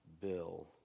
Bill